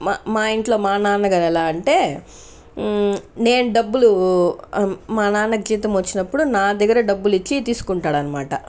మా మా ఇంట్లో మా నాన్నగారు ఎలా అంటే నేను డబ్బులు మా నాన్నకి జీతం వచ్చినప్పుడు నా దగ్గర డబ్బులిచ్చి తీసుకుంటాడనమాట